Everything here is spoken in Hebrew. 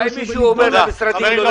לא